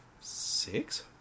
six